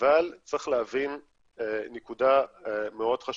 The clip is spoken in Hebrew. אבל צריך להבין נקודה מאוד חשובה.